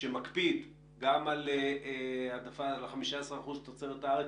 שמקפיד גם על העדפה ו-15% תוצרת הארץ,